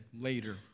later